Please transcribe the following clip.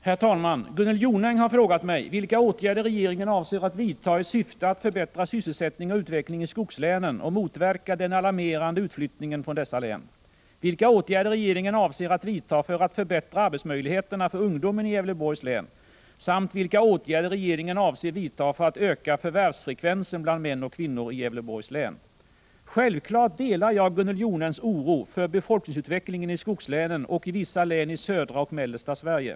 Herr talman! Gunnel Jonäng har frågat mig vilka åtgärder regeringen avser att vidta i syfte att förbättra sysselsättning och utveckling i skogslänen och motverka den alarmerande utflyttningen från dessa län, Självfallet delar jag Gunnel Jonängs oro för befolkningsutvecklingen i skogslänen och i vissa län i södra och mellersta Sverige.